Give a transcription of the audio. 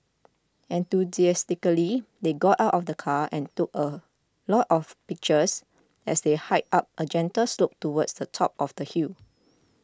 enthusiastically they got out of the car and took a lot of pictures as they hiked up a gentle slope towards the top of the hill